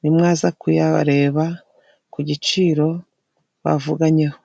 nimwaza kuyareba ku giciro bavuganyeho.